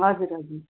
हजुर हजुर